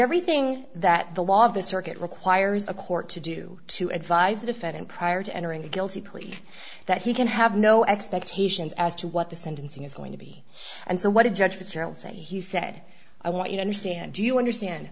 everything that the law of the circuit requires a court to do to advise the defendant prior to entering the guilty plea that he can have no expectations as to what the sentencing is going to be and so what a judge fitzgerald said he said i want you to understand do you understand